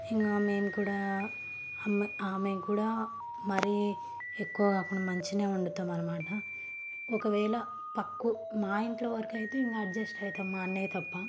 ఇంకా మేము కూడా ఆమె ఆమె కూడా మరి ఎక్కువ కాకుండా మంచిగానే వండుతాము అన్నమాట ఒకవేళ పక్కు మా ఇంట్లో వరకైతే ఇంకా అడ్జస్ట్ అవుతాము మా అన్నయ్య తప్ప